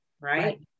right